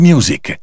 Music